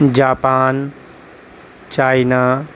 Japan China